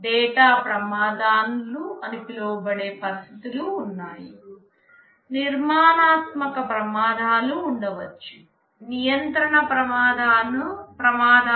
data ప్రమాదాలు అని పిలువబడే పరిస్థితులు ఉన్నాయి నిర్మాణాత్మక ప్రమాదాలు ఉండవచ్చు నియంత్రణ ప్రమాదాలు ఉండవచ్చు